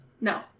No